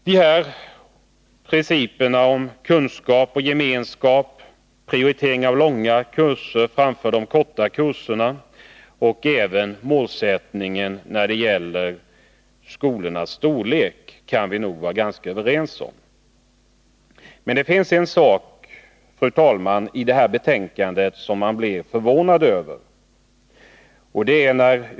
De här principerna om kunskap och gemenskap, om prioritering av långa kurser framför korta och även målsättningen att begränsa skolornas storlek kan vi nog vara ganska överens om. Men det finns en sak, fru talman, som man blir förvånad över i betänkandet.